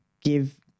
give